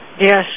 yes